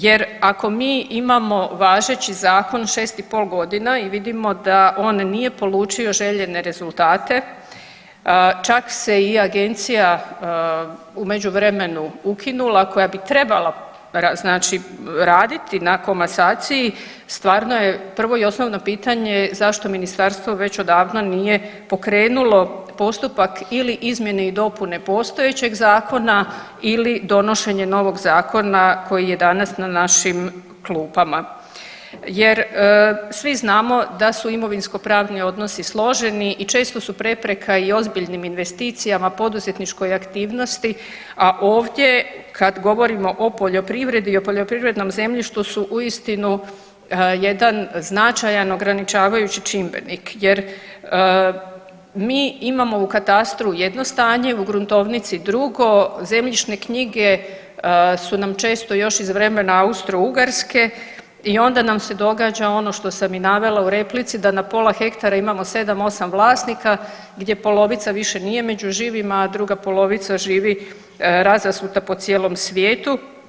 Jer ako mi imamo važeći zakona šest i pol godina i vidimo da on nije polučio željene rezultate čak se i agencija u međuvremenu ukinula koja bi trebala znači raditi na komasaciji stvarno je prvo i osnovno pitanje zašto ministarstvo već odavno nije pokrenulo postupak ili izmjene i dopune postojećeg zakona ili donošenje novog zakona koji je danas na našim klupama jer svi znamo da su imovinsko pravni odnosi složeni i često su prepreka i ozbiljnim investicijama, poduzetničkoj aktivnosti, a ovdje kad govorimo o poljoprivredi i poljoprivrednom zemljištu su uistinu jedan značajan ograničavajući čimbenik jer mi imamo u katastru jedno stanje, u gruntovnici drugo, zemljišne knjige su nam često još iz vremena Austrougarske i onda nam se događa ono što sam i navela u replici da na pola hektara imamo 7-8 vlasnika gdje polovica više nije među živima, a druga polovica živi razasuta po cijelom svijetu.